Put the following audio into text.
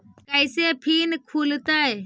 कैसे फिन खुल तय?